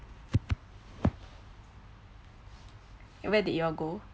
where did you all go